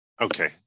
Okay